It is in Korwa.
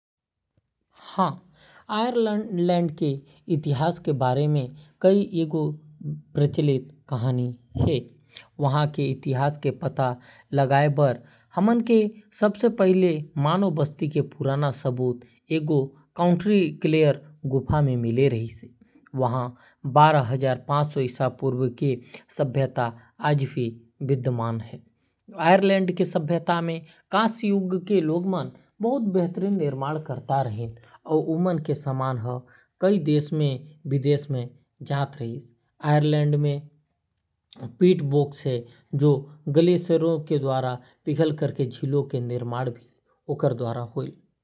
आयरलैंड म मानव उपस्थिति के पहिली साक्ष्य लगभग चौतीस हजार साल पहिली के हावय, अउ आगू के खोज म होमो सेपियंस के उपस्थिति लगभग दस हजार पांच सौ ले सात हजार ईसा पूर्व के हावय। लगभग नौ हजार सात सौईसा पूर्व, चतुर्धातुक के यंगर ड्रायस ठंडा चरण के बाद बर्फ के पीछे हटना, प्रागैतिहासिक आयरलैंड के शुरुआत के संकेत देत हावय।